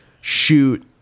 shoot